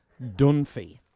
Dunphy